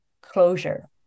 closure